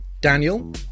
Daniel